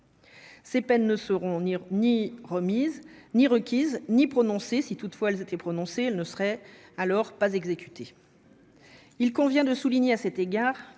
Ces peines ne seront ni ni remise ni requise, ni prononcée, si toutefois elles étaient prononcées ne serait alors pas exécuté, il convient de souligner à cet égard